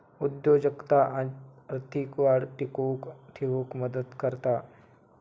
उद्योजकता आर्थिक वाढ टिकवून ठेउक मदत करता